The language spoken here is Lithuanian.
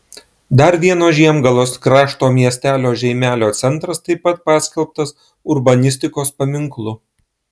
dar vieno žiemgalos krašto miestelio žeimelio centras taip pat paskelbtas urbanistikos paminklu